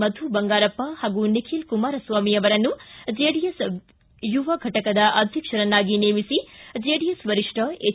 ಮಧು ಬಂಗಾರಪ್ಪ ಹಾಗೂ ನಿಖಿಲ್ ಕುಮಾರಸ್ವಾಮಿ ಅವರನ್ನು ಜೆಡಿಎಸ್ ಯುವ ಘಟಕದ ಅಧ್ಯಕ್ಷರನ್ನಾಗಿ ನೇಮಿಸಿ ಜೆಡಿಎಸ್ ವರಿಷ್ಠ ಎಚ್